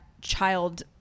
child